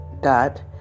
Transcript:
dot